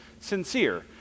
sincere